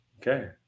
Okay